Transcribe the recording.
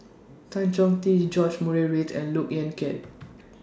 Tan Chong Tee George Murray Reith and Look Yan Kit